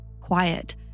quiet